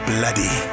Bloody